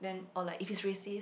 or like if he's racist